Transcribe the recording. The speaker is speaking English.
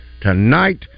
tonight